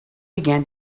began